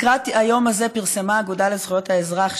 לקראת היום הזה פרסמה האגודה לזכויות האזרח,